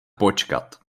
počkat